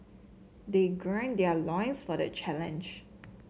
they gird their loins for the challenge